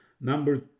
number